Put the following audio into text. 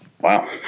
Wow